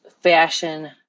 fashion